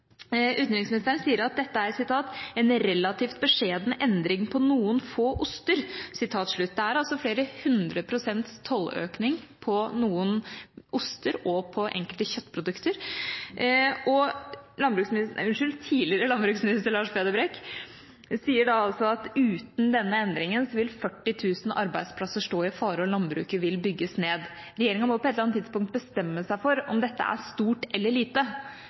relativt beskjedne endring av tollpolitikken på noen bestemte osteområder». Det er altså flere hundre prosents tolløkning på noen oster og på enkelte kjøttprodukter, og tidligere landbruksminister Lars Peder Brekk sier altså at uten denne endringen vil 40 000 arbeidsplasser stå i fare, og landbruket vil bygges ned. Regjeringa må på et eller annet tidspunkt bestemme seg for om dette er stort eller lite,